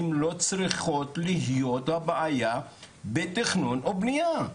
הן לא צריכות להיות הבעיה בתכנון או בנייה.